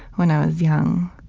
when i was young.